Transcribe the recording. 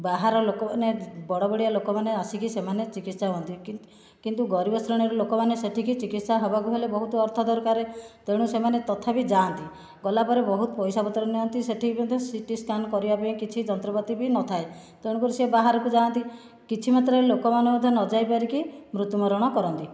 ବାହାର ଲୋକମାନେ ବଡ଼ ବଡୁଆ ଲୋକମାନେ ଆସିକି ସେମାନେ ଚିକିତ୍ସା ହୁଅନ୍ତି କିନ୍ତୁ କିନ୍ତୁ ଗରିବ ଶ୍ରେଣୀର ଲୋକମାନେ ସେଠିକୁ ଚିକିତ୍ସା ହେବାକୁ ଗଲେ ବହୁତ ଅର୍ଥ ଦରକାର ତେଣୁ ସେମାନେ ତଥାବି ଯାଆନ୍ତି ଗଲାପରେ ବହୁତ ପଇସା ପତ୍ର ନିଅନ୍ତି ସେଠି କିନ୍ତୁ ସିଟି ସ୍କାନ୍ କରିବାପାଇଁ କିଛି ଯନ୍ତ୍ରପାତି ବି ନଥାଏ ତେଣୁକରି ସେ ବାହାରକୁ ଯାଆନ୍ତି କିଛି ମାତ୍ରାରେ ଲୋକମାନେ ମଧ୍ୟ ନଯାଇ ପାରିକି ମୃତ୍ୟୁବରଣ କରନ୍ତି